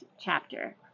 chapter